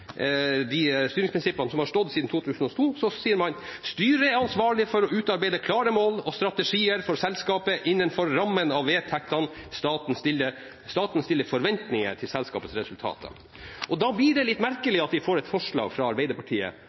de styringsprinsippene som har stått siden 2002, sier man: «Styret er ansvarlig for å utarbeide klare mål og strategier for selskapet innenfor rammen av vedtektene, staten stiller forventninger til selskapets resultater.» Da blir det litt merkelig at vi får et forslag fra Arbeiderpartiet